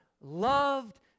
loved